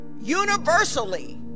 universally